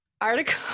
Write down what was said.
article